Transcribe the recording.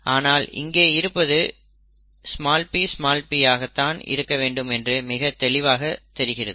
ஆனால் இங்கே இருப்பது pp ஆக தான் இருக்க வேண்டும் என்று மிகத் தெளிவாகத் தெரிகிறது